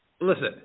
Listen